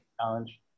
challenge